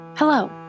Hello